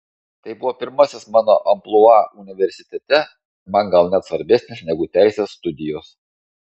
tai buvo pirmasis mano amplua universitete man gal net svarbesnis negu teisės studijos